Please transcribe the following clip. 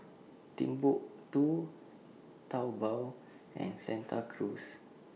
Timbuk two Taobao and Santa Cruz